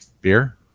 Beer